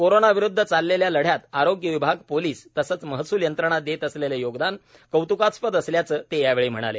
कोरोनाविरुद्ध चाललेल्या लढ्यात आरोग्य विभाग पोलीस तसंच महसूल यंत्रणा देत असलेलं योगदान कौत्कास्पद असल्याचं ते यावेळी म्हणाले